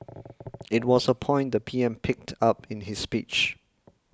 it was a point the P M picked up in his speech